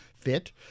fit